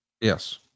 yes